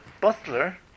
butler